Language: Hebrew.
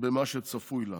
במה שצפוי לה.